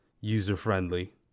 user-friendly